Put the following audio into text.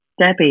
Debbie